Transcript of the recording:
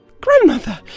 grandmother